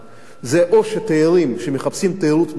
זה או תיירים שמחפשים תיירות מרפא,